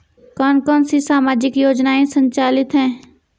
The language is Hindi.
कौन कौनसी सामाजिक योजनाएँ संचालित है?